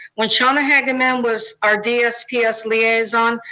when shauna hagemann was our dsps liaison,